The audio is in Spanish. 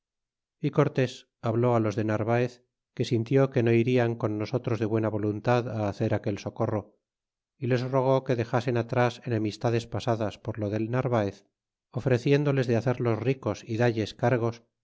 y cortés habló los de narvaez que sintió que no irian con nosotros de buena voluntad hacer aquel socorro y les rogó que dexasen atras enemistades pasadas por lo del narvaez ofreciéndoles de hacerlos ricos y dalles cargos